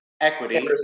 equity